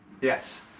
yes